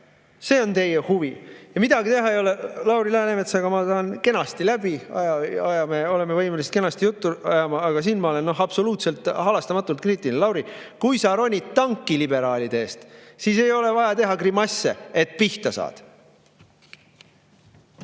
See on teie huvi ja midagi teha ei ole. Lauri Läänemetsaga ma saan kenasti läbi, oleme võimelised kenasti juttu ajama, aga siin ma olen absoluutselt halastamatult kriitiline. Lauri, kui sa ronid tanki liberaalide eest, siis ei ole vaja teha grimasse, kui pihta saad.